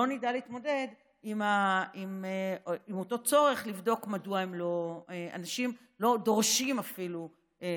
לא נדע להתמודד עם אותו צורך לבדוק מדוע אנשים אפילו לא דורשים עבודה.